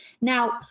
Now